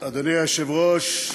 אדוני היושב-ראש,